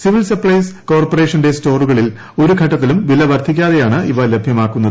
civil supplies കോർപ്പറേഷന്റെ സ്റ്റോറുകളിൽ ഒരു ഘട്ടത്തിലും വില വർധ്വീക്ക്തെയാണ് ഇവ ലഭ്യമാക്കുന്നത്